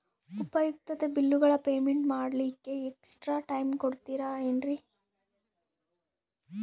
ಉಪಯುಕ್ತತೆ ಬಿಲ್ಲುಗಳ ಪೇಮೆಂಟ್ ಮಾಡ್ಲಿಕ್ಕೆ ಎಕ್ಸ್ಟ್ರಾ ಟೈಮ್ ಕೊಡ್ತೇರಾ ಏನ್ರಿ?